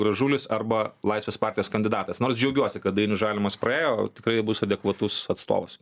gražulis arba laisvės partijos kandidatas nors džiaugiuosi kad dainius žalimas praėjo tikrai bus adekvatus atstovas